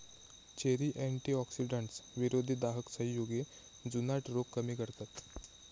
cherry antioxidants, विरोधी दाहक संयुगे, जुनाट रोग कमी करतत